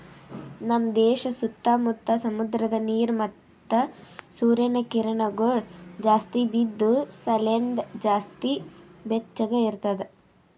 ನಮ್ ದೇಶ ಸುತ್ತಾ ಮುತ್ತಾ ಸಮುದ್ರದ ನೀರ ಮತ್ತ ಸೂರ್ಯನ ಕಿರಣಗೊಳ್ ಜಾಸ್ತಿ ಬಿದ್ದು ಸಲೆಂದ್ ಜಾಸ್ತಿ ಬೆಚ್ಚಗ ಇರ್ತದ